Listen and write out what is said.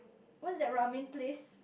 what's that ramen place